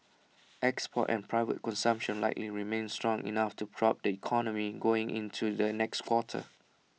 exports and private consumption likely remain strong enough to prop up the economy going into the next quarter